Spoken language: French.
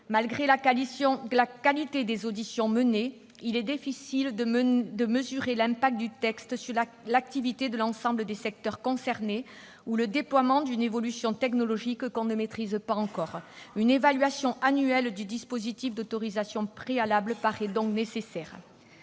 Malgré la qualité des auditions menées, il est difficile de mesurer l'impact du texte sur l'activité de l'ensemble des secteurs concernés ou le déploiement d'une évolution technologique que l'on ne maîtrise pas encore. Une évaluation annuelle du dispositif d'autorisation préalable paraît donc nécessaire.